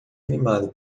animado